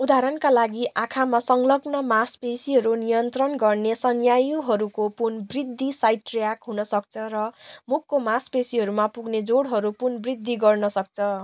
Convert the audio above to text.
उदाहरणका लागि आँखामा संलग्न मांपेसीहरू नियन्त्रण गर्ने स्नायुहरूको पुन वृद्धि साइडट्र्याक हुनसक्छ र मुखको मांसपेसीहरूमा पुग्ने जोडहरू पुन वृद्धि गर्नसक्छ